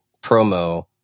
promo